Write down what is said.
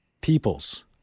Peoples